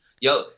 Yo